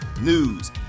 news